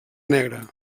negre